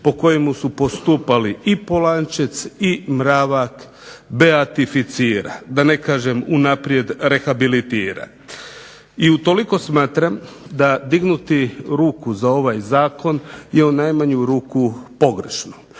po kojemu su postupali i POlančec i Mravak beatificira, da ne kažem unaprijed rehabilitira. I utoliko smatram da dignuti ruku za ovaj zakon je u najmanju ruku pogrešno.